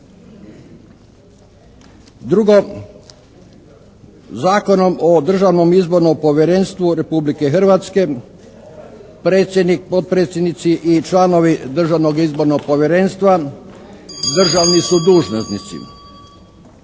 Drugo, Zakonom o Državnom izbornom povjerenstvu Republike Hrvatske, predsjednik, potpredsjednici i članovi Državnog izbornog povjerenstva, državni su dužnosnici